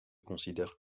considère